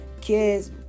kids